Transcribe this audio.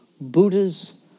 Buddha's